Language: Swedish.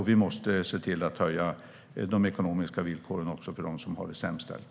Vi måste se till att höja de ekonomiska villkoren också för dem som har det sämst ställt.